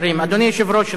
אדוני היושב-ראש ריבלין,